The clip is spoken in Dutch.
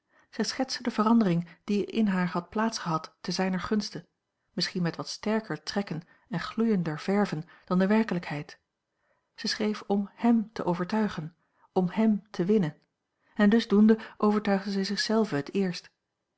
zij schetste de verandering die er in haar had plaats gehad te zijner gunste misschien met wat sterker trekken en gloeiender verven dan de werkelijkheid zij schreef om hem a l g bosboom-toussaint langs een omweg te overtuigen om hem te winnen en dus doende overtuigde zij zich zelve het eerst